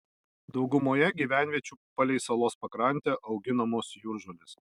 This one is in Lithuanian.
daugumoje gyvenviečių palei salos pakrantę auginamos jūržolės